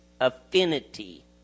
affinity